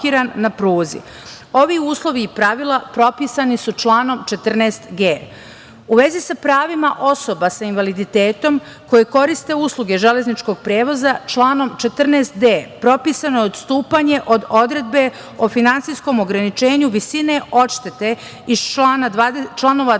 uslovi i pravila propisani su članom 14g. U vezi sa pravima osoba sa invaliditetom koje koriste usluge železničkog prevoza članom 14d. propisano je odstupanje od odredbe, o finansijskom ograničenju, visine odštete iz članova 26.